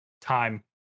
time